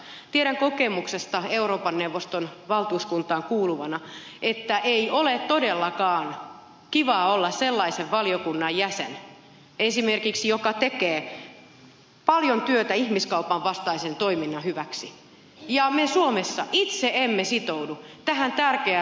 tiedän kokemuksesta euroopan neuvoston valtuuskuntaan kuuluvana että ei ole todellakaan kiva olla jäsen esimerkiksi sellaisessa valiokunnassa joka tekee paljon työtä ihmiskaupan vastaisen toiminnan hyväksi ja me suomessa itse emme sitoudu tähän tärkeään yleissopimukseen